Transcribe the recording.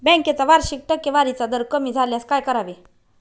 बँकेचा वार्षिक टक्केवारीचा दर कमी झाल्यास काय करावे?